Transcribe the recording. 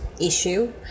issue